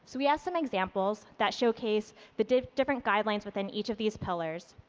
so we have some examples that showcase the different different guidelines within each of these pillars.